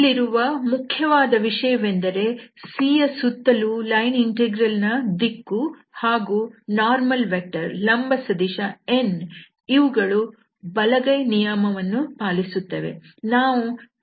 ಇಲ್ಲಿರುವ ಮುಖ್ಯವಾದ ವಿಷಯವೆಂದರೆ C ಯ ಸುತ್ತಲೂ ಲೈನ್ ಇಂಟೆಗ್ರಲ್ ನ ದಿಕ್ಕು ಹಾಗೂ ಲಂಬ ಸದಿಶ n ಇವುಗಳು ಬಲಗೈ ನಿಯಮವನ್ನು ಪಾಲಿಸುತ್ತವೆ